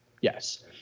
yes